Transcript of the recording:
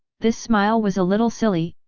this smile was a little silly,